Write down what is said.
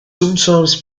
sometimes